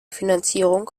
finanzierung